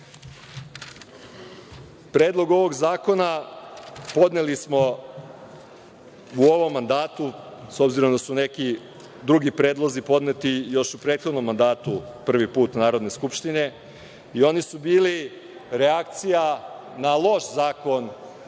Predlog ovog zakona podneli smo u ovom mandatu s obzirom da su neki drugi predlozi podneti još u prethodnom mandatu prvi put Narodne skupštine i oni su bili reakcija na loš zakon